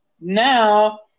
Now